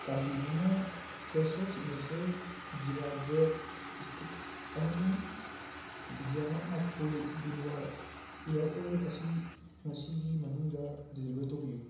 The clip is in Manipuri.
ꯆꯥꯟꯕꯤꯗꯨꯅ Fresho signature jeera bread sticks ꯑꯃꯁꯨꯡ ꯕꯤꯗ꯭ꯌꯥꯅꯠ ꯅꯛꯄꯨꯔ ꯕꯤꯜꯋꯥ ꯏꯌꯔ ꯑꯣꯏꯜ ꯑꯁꯤ ꯉꯁꯤꯒꯤ ꯃꯅꯨꯡꯗ ꯗꯤꯂꯤꯕꯔ ꯇꯧꯕꯤꯌꯨ